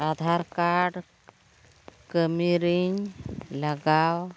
Aadhaar card ᱠᱟᱹᱢᱤᱨᱤᱧ ᱞᱟᱜᱟᱣ